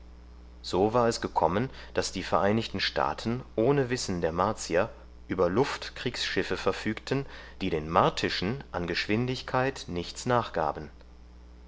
so war es gekommen daß die vereinigten staaten ohne wissen der martier über luft kriegsschiffe verfügten die den martischen an geschwindigkeit nichts nachgaben